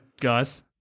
Guys